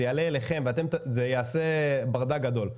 זה יעלה אליכם זה יעשה ברדק גדול.